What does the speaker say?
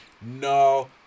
no